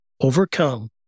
overcome